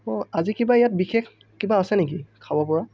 অঁ আজি কিবা ইয়াত বিশেষ কিবা আছে নেকি খাব পৰা